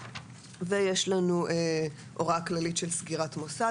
יש לנו הוראה כללית של סגירת מוסד,